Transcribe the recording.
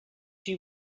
you